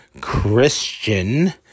Christian